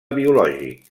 biològic